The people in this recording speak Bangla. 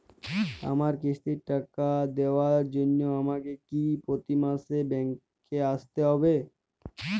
আমার কিস্তির টাকা দেওয়ার জন্য আমাকে কি প্রতি মাসে ব্যাংক আসতে হব?